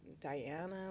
Diana